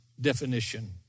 definition